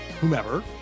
whomever